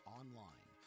online